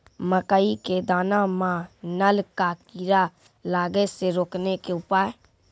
मकई के दाना मां नल का कीड़ा लागे से रोकने के उपाय?